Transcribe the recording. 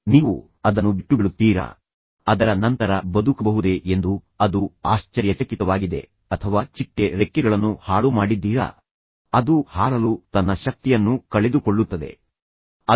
ನೀವು ಅದನ್ನು ಬಿಟ್ಟುಬಿಡುತ್ತೀರಾ ಅದರ ನಂತರ ಬದುಕಬಹುದೇ ಎಂದು ಅದು ಆಶ್ಚರ್ಯಚಕಿತವಾಗಿದೆ ಅಥವಾ ಚಿಟ್ಟೆ ರೆಕ್ಕೆಗಳನ್ನು ಹಾಳು ಮಾಡಿದ್ದೀರಾ ಅದರಿಂದ ಅದು ಹಾರಲು ತನ್ನ ಶಕ್ತಿಯನ್ನು ಕಳೆದುಕೊಳ್ಳುತ್ತದೆ ನೀವು ಏನು